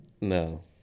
No